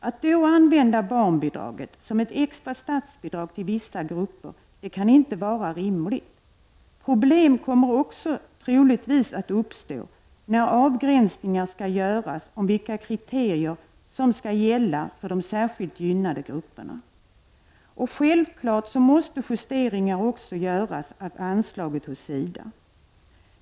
Att man då använder barnbidraget som ett extra statsbidrag till vissa grupper kan inte vara rimligt. Problem kommer troligtvis också att uppstå när avgränsningar skall göras om vilka kriterier som skall gälla för de särskilt gynnade grupperna. Självfallet måste justeringar också göras av anslaget hos SIDA.